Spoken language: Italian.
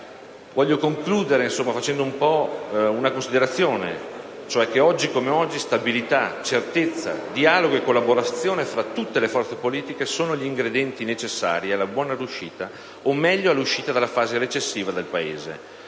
Uffici, concludo facendo una considerazione. Oggi come oggi stabilità, certezza, dialogo e collaborazione fra tutte le forze politiche sono gli ingredienti necessari alla buona riuscita o, meglio, all'uscita del Paese: dalla fase